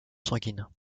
sanguine